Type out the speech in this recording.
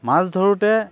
মাছ ধৰোঁতে